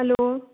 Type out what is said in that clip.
hello